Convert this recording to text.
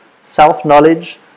self-knowledge